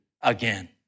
again